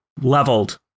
leveled